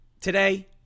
today